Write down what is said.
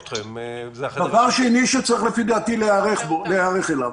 דבר שני שצריך לפי דעתי להיערך אליו,